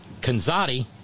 Kanzati